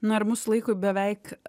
nu ir mūsų laikui beveik